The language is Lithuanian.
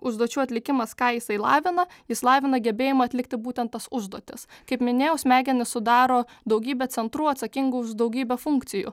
užduočių atlikimas ką jisai lavina jis lavina gebėjimą atlikti būtent tas užduotis kaip minėjau smegenis sudaro daugybė centrų atsakingų už daugybę funkcijų